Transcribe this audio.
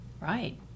right